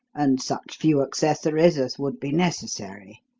and such few accessories as would be necessary,